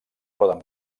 poden